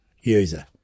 user